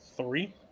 Three